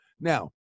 Now